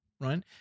right